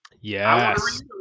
Yes